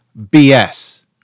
BS